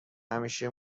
همیشه